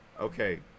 Okay